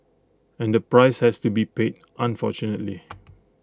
and the price has to be paid unfortunately